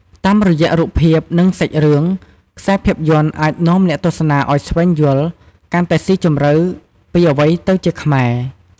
តាមរយៈរូបភាព និងសាច់រឿង ខ្សែភាពយន្តអាចនាំអ្នកទស្សនាឱ្យស្វែងយល់កាន់តែស៊ីជម្រៅពីអ្វីទៅជាខ្មែរ ។